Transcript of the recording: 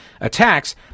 attacks